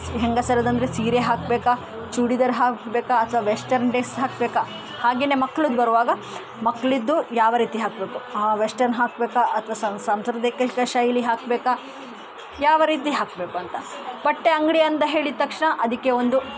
ಹೆಂಗಸರದ್ದು ಅಂದರೆ ಸೀರೆ ಹಾಕಬೇಕಾ ಚೂಡಿದಾರ ಹಾಕಬೇಕಾ ಅಥವಾ ವೆಸ್ಟೆರ್ನ್ ಡೆಸ್ ಹಾಕಬೇಕಾ ಹಾಗೇನೆ ಮಕ್ಳದ್ ಬರುವಾಗ ಮಕ್ಳದ್ದು ಯಾವ ರೀತಿ ಹಾಕಬೇಕು ವೆಸ್ಟೆರ್ನ್ ಹಾಕ್ಬೇಕಾ ಅಥವಾ ಸಾಂಪ್ರದಾಯಿಕ ಶೈಲಿ ಹಾಕಬೇಕಾ ಯಾವ ರೀತಿ ಹಾಕಬೇಕು ಅಂತ ಬಟ್ಟೆ ಅಂಗಡಿ ಅಂತ ಹೇಳಿದ ತಕ್ಷ್ಣ ಅದಕ್ಕೆ ಒಂದು